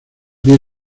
bien